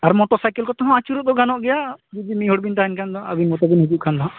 ᱟᱨ motorcycle ᱠᱚᱛᱮᱦᱚᱸ ᱟᱹᱪᱩᱨᱚᱜ ᱫᱚ ᱜᱟᱱᱚᱜ ᱜᱮᱭᱟ ᱡᱩᱫᱤ ᱢᱤᱫ ᱦᱚᱲ ᱵᱮᱱ ᱛᱟᱦᱮᱱ ᱠᱷᱟᱱᱫᱚ ᱟᱹᱵᱤᱱ ᱢᱚᱛᱚ ᱵᱤᱱ ᱦᱤᱡᱩᱜ ᱠᱷᱟᱱᱫᱚ ᱦᱟᱜ